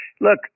Look